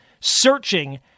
searching